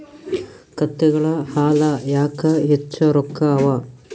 ಕತ್ತೆಗಳ ಹಾಲ ಯಾಕ ಹೆಚ್ಚ ರೊಕ್ಕ ಅವಾ?